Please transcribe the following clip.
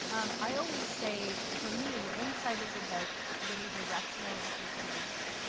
um, i always say, for me, insight is about getting directional information.